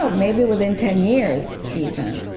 um maybe within ten years, even,